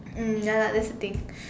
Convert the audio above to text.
mm ya lah that's the thing